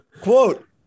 Quote